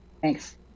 Thanks